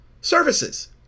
services